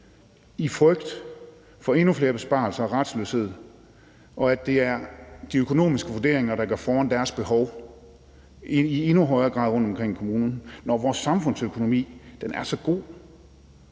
i frygt for endnu flere besparelser og endnu mere retsløshed, og at det er de økonomiske vurderinger, der går forud for deres behov i endnu højere grad rundtomkring i kommunerne, når vores samfundsøkonomi er så god